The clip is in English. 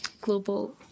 Global